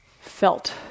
felt